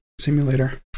Simulator